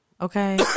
okay